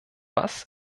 was